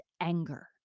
anger